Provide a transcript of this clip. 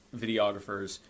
videographers